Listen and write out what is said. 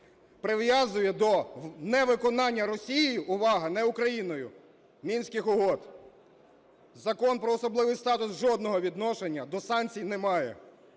прив'язує до невиконання Росією, увага, не Україною, Мінських угод. Закон про особливий статус жодного відношення до санкцій не має.